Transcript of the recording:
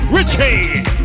Richie